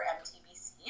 MTBC